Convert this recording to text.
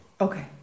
okay